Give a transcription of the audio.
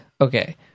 Okay